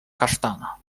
kasztana